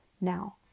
Now